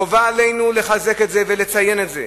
חובה עלינו לחזק את זה ולציין את זה.